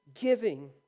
giving